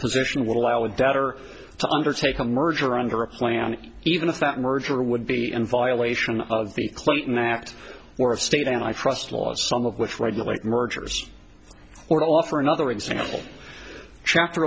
position would allow a debtor to undertake a merger under a plan even if that merger would be in violation of the clinton act or a state and i trust laws some of which regulate mergers or offer another example chapter